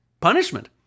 punishment